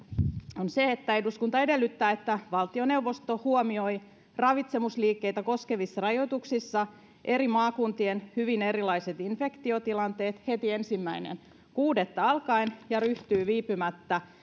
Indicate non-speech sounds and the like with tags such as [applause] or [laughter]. [unintelligible] on eduskunta edellyttää että valtioneuvosto huomioi ravitsemusliikkeitä koskevissa rajoituksissa eri maakuntien hyvin erilaiset infektiotilanteet heti ensimmäinen kuudetta alkaen ja ryhtyy viipymättä